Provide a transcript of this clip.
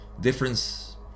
difference